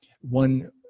One